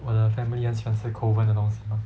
我的 family 很喜欢吃 kovan 的东西 mah